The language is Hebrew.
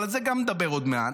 אבל גם על זה נדבר עוד מעט.